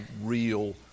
real